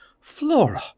Flora